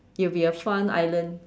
it'll be a fun island